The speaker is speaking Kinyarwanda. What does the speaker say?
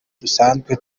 dusanzwe